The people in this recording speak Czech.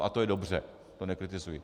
A to je dobře, to nekritizuji.